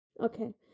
Okay